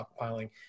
stockpiling